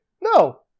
no